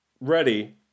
ready